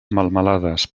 melmelades